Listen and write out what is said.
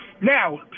Now